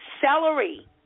Celery